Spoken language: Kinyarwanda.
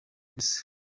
gusa